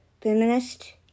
feminist